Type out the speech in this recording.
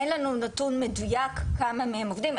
אין לנו נתון מדויק כמה מהם עובדים.